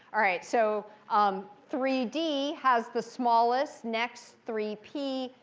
all right, so um three d has the smallest, next three p,